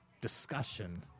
discussion